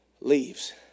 leaves